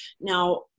now